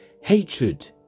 Hatred